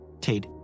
Tate